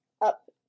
up